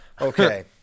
Okay